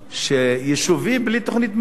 שהיישובים בלי תוכנית מיתאר,